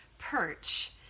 perch